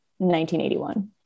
1981